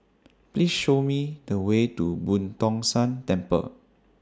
Please Show Me The Way to Boo Tong San Temple